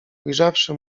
ujrzawszy